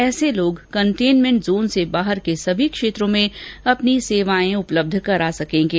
ऐसे लोग containment zone से बाहर के सभी क्षेत्रों में अपनी सेवाएं उपलब्ध करा सकेंगे